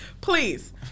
please